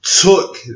took